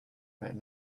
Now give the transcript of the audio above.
right